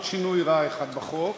עוד שינוי רע אחד בחוק,